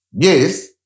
Yes